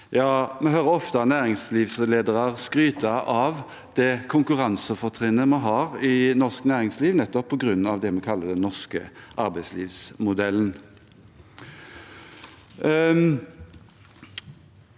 vi hører ofte næringslivsledere skryte av det konkurransefortrinnet vi har i norsk næringsliv, nettopp på grunn av det vi kaller den norske arbeidslivsmodellen.